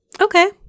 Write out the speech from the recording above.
okay